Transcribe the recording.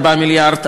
4 מיליארד,